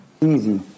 Easy